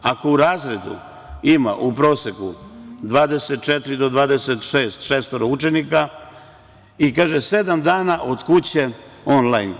Ako u razredu ima u proseku 24 do 26 učenika i kaže – sedam dana od kuće onlajn.